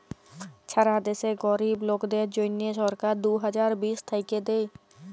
ছারা দ্যাশে গরীব লোকদের জ্যনহে সরকার দু হাজার বিশ থ্যাইকে দেই